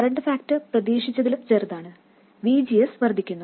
current factor പ്രതീക്ഷിച്ചതിലും ചെറുതാണ് VGS വർദ്ധിക്കുന്നു